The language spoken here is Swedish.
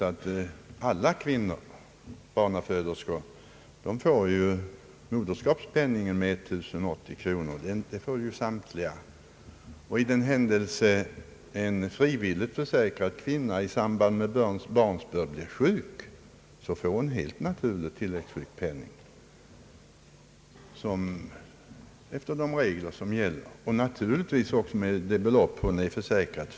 Alla barnaföderskor får ju moderskapspenningen som är 1080 kronor, och i den händelse en frivilligt försäkrad kvinna i samband med barnsbörd är sjuk, får hon helt naturligt tilläggssjukpenning efter de regler som gäller och naturligtvis med de belopp som hon är försäkrad för.